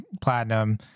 platinum